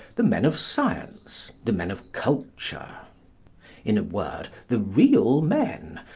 the men of science, the men of culture in a word, the real men,